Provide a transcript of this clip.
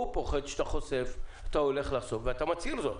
הוא פוחד שאתה הולך לחשוף ואתה מצהיר זאת